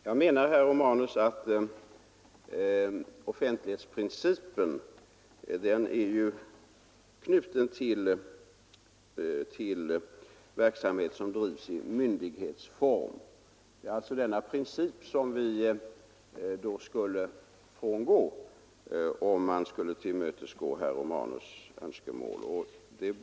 Fru talman! Jag menar, herr Romanus, att offentlighetsprincipen är knuten till verksamhet som bedrivs i myndighetsform. Det är alltså denna princip som vi skulle frångå om herr Romanus önskemål skulle tillmötesgås.